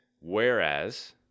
Whereas